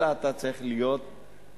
אלא אתה צריך להיות בשטח.